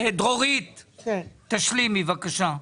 דרורית, תשלימי, בבקשה.